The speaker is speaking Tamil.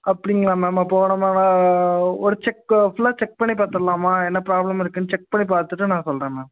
அப்படிங்களா மேம் அப்போது நம்ம ஒரு செக் ஃபுல்லாக செக் பண்ணி பார்த்துர்லாமா என்ன ப்ராப்ளம் இருக்குதுன்னு செக் பண்ணி பார்த்துட்டு நான் சொல்கிறேன் மேம்